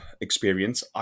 experience